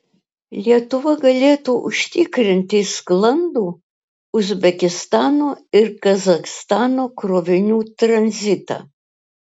lietuva galėtų užtikrinti sklandų uzbekistano ir kazachstano krovinių tranzitą